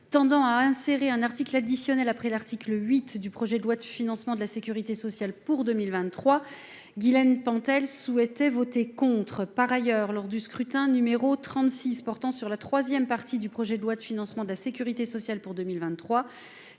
tendant à insérer un article additionnel après l'article 8 du projet de loi de financement de la Sécurité sociale pour 2023 Guilaine Pentel souhaitaient voter contre, par ailleurs, lors du scrutin numéro 36 portant sur la 3ème partie du projet de loi de financement de la Sécurité sociale pour 2023